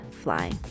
fly